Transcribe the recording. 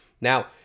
Now